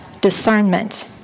discernment